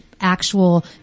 actual